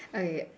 okay